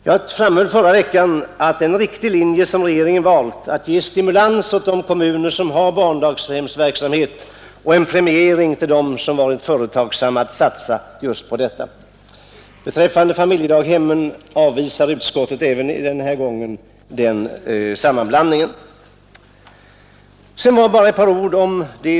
Jag framhöll i förra veckan att det är en riktig linje som regeringen valt när den vill ge stimulans åt de kommuner som har barndaghemsverksamhet och vill premiera de kommuner som varit så företagsamma att de satsat på detta. Även denna gång avvisar utskottet inblandning av familjedaghemmen i detta sammanhang.